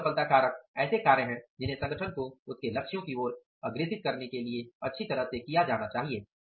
प्रमुख सफलता कारक ऐसे कार्य हैं जिन्हें संगठन को उसके लक्ष्यों की ओर अग्रेसित करने के लिए अच्छी तरह से किया जाना चाहिए